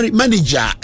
manager